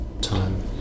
time